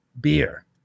beer